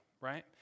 right